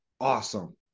awesome